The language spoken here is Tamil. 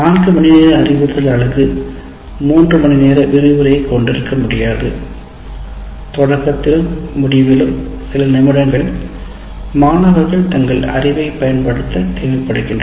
4 மணிநேர அறிவுறுத்தல் அலகு 3 மணிநேர விரிவுரையை கொண்டிருக்க முடியாது தொடக்கத்திலும் முடிவிலும் சில நிமிடங்கள் மாணவர்கள் தங்கள் அறிவைப் பயன்படுத்த தேவைப்படுகின்றன